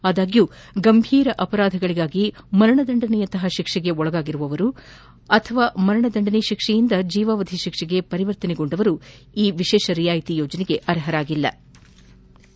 ಆದಾಗ್ಲೂ ಗಂಭೀರ ಅಪರಾಧಗಳಿಗಾಗಿ ಮರಣದಂಡನೆಯಂತಹ ಶಿಕ್ಷೆಗೆ ಗುರಿಯಾಗಿರುವವರು ಅಥವಾ ಮರಣದಂಡನೆ ಶಿಕ್ಷೆಯಿಂದ ಜೀವಾವಧಿ ಶಿಕ್ಷೆಗೆ ಪರಿವರ್ತಿತಗೊಂಡವರು ಈ ವಿಶೇಷ ರಿಯಾಯಿತಿ ಯೋಜನೆಗೆ ಅರ್ಹರಾಗಿರುವುದಿಲ್ಲ